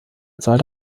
soll